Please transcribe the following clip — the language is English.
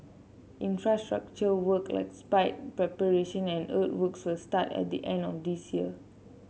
infrastructure work like spite preparation and earthworks will start at the end of this year